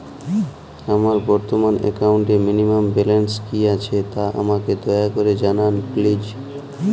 আমার বর্তমান একাউন্টে মিনিমাম ব্যালেন্স কী আছে তা আমাকে দয়া করে জানান প্লিজ